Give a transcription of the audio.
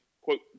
quote